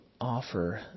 offer